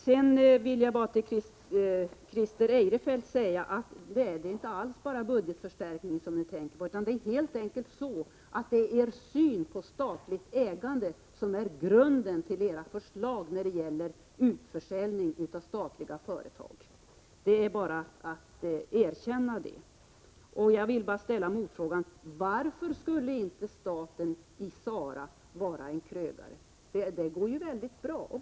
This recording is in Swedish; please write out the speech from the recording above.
Sedan vill jag till Christer Eirefelt säga att det inte alls är bara budgetförstärkningen som ni tänker på utan det är helt enkelt er syn på statligt ägande som är grunden till era förslag när det gäller utförsäljning av statliga företag — det är bara att erkänna. Jag vill ställa en motfråga: Varför skulle inte staten i SARA vara en krögare? Det går mycket bra.